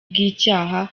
bw’icyaha